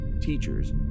teachers